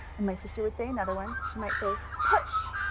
and my sister would say another one. she might say push